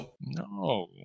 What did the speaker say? No